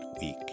week